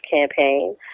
campaign